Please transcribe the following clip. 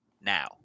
now